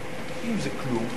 נתקבלו.